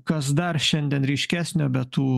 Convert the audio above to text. kas dar šiandien ryškesnio be tų